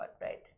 right